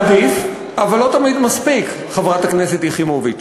עדיף, אבל לא תמיד מספיק, חברת הכנסת יחימוביץ.